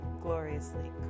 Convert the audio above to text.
gloriously